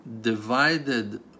divided